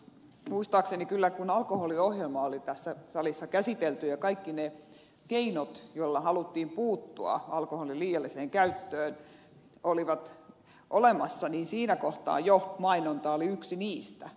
muistaakseni kyllä kun alkoholiohjelma oli tässä salissa käsitelty ja kaikki ne keinot joilla haluttiin puuttua alkoholin liialliseen käyttöön olivat olemassa niin siinä kohtaa jo mainonta oli yksi niistä